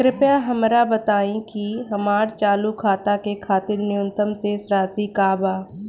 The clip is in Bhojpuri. कृपया हमरा बताइ कि हमार चालू खाता के खातिर न्यूनतम शेष राशि का बा